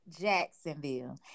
Jacksonville